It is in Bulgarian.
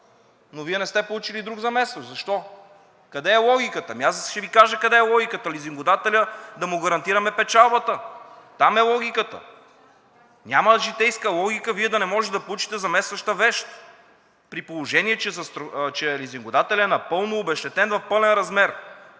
но Вие не сте получили друг заместващ. Защо?! Къде е логиката?! Аз ще Ви кажа къде е логиката – лизингодателя да му гарантираме печалбата. Там е логиката. Няма житейска логика Вие да не можете да получите заместваща вещ, при положение че лизингодателят е напълно обезщетен в пълен размер.